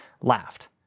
laughed